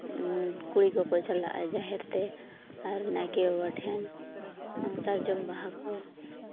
ᱠᱩᱲᱤ ᱠᱚᱠᱚ ᱪᱟᱞᱟᱜᱼᱟ ᱡᱟᱦᱮᱨ ᱛᱮ ᱟᱨ ᱱᱟᱭᱠᱮ ᱵᱟᱵᱟ ᱴᱷᱮᱱ ᱥᱟᱨᱡᱚᱢ ᱵᱟᱦᱟ ᱠᱚ